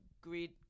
greed